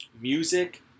music